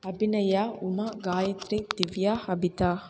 Abhinaya Uma Gayathri Divya Abitha